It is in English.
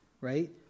right